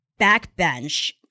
backbench